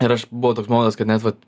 ir aš buvo toks momentas kad net vat